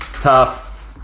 Tough